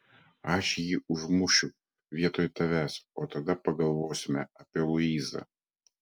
aš jį užmušiu vietoj tavęs o tada pagalvosime apie luizą